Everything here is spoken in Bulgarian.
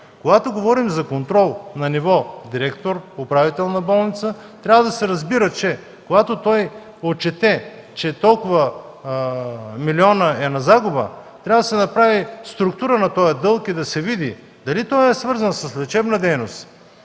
Когато говорим за контрол на ниво директор, управител на болница, трябва да се разбира, че когато той отчете, че е на загуба с толкова милиона лева, то трябва да се направи структура на този дълг и да се види дали е свързан с лечебна дейност,